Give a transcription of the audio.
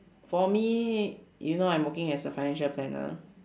for me you know I'm working as a financial planner